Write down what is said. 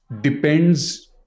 depends